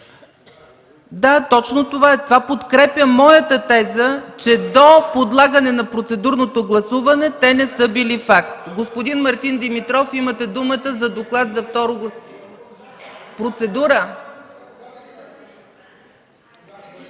Да, точно това е. Това подкрепя моята теза, че до подлагане на процедурното гласуване те не са били факт. (Реплики от КБ.) Господин Мартин Димитров, имате думата за доклад за второ ... (Шум